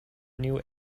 new